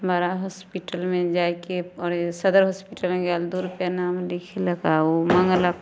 बड़ा हॉस्पिटलमे जाइके पड़ै हइ सदर हॉस्पिटल गेल दुइ रुपैआमे नाम लिखेलक आओर ओ माँगलक